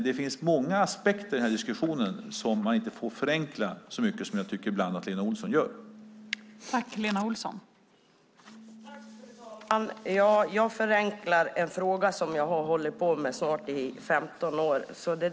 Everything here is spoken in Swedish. Det finns många aspekter som man inte får förenkla så mycket som jag tycker att Lena Olsson ibland gör.